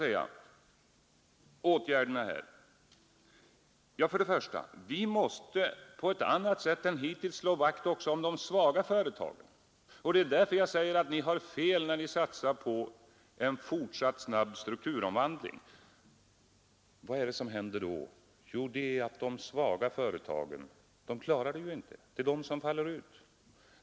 När det gäller åtgärderna här måste vi först och främst på ett annat sätt än hittills slå vakt också om de svaga företagen, och det är därför jag säger att ni har fel när ni satsar på en fortsatt snabb strukturomvandling. Vad är det som händer då? Jo, det är att de svaga företagen inte klarar detta — det är de som faller ut.